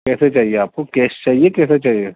کیسے چاہیے آپ کو کیش چاہیے کیسے چاہیے